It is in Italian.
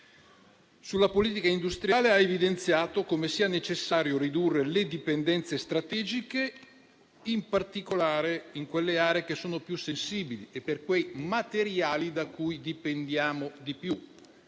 Sulla politica industriale ha evidenziato come sia necessario ridurre le dipendenze strategiche, in particolare in quelle aree che sono più sensibili e per quei materiali da cui dipendiamo di più.